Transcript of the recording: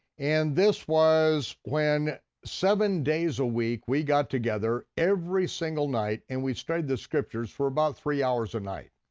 and this was when seven days a week we got together every single night and we studied the scriptures for about three hours a night.